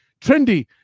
trendy